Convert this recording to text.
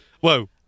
Whoa